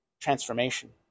transformation